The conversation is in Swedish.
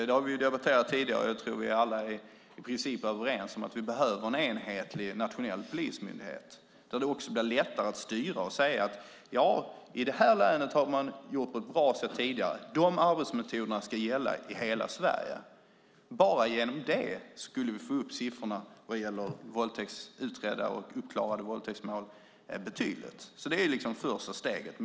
Det har vi debatterat tidigare, och jag tror att vi alla är i princip överens om att vi behöver en enhetlig nationell polismyndighet, där det också blir lättare att styra och säga: Ja, i det här länet har man gjort det på ett bra sätt tidigare, och de arbetsmetoderna ska gälla i hela Sverige. Bara genom det skulle vi få upp siffrorna vad gäller utredda och uppklarade våldtäktsmål betydligt. Det är det första steget.